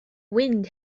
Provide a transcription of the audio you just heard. wind